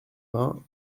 vingts